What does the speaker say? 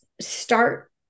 start